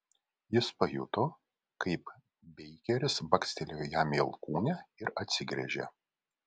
jis pajuto kaip beikeris bakstelėjo jam į alkūnę ir atsigręžė